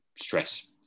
stress